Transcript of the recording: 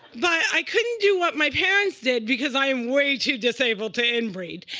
but i couldn't do what my parents did, because i am way too disabled to inbreed.